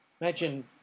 Imagine